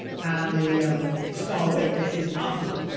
and the the star witness is apu.